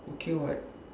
okay [what]